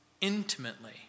intimately